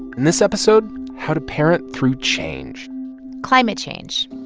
in this episode how to parent through change climate change